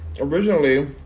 originally